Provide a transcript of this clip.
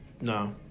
No